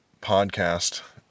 podcast